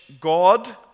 God